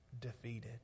Defeated